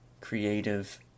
creative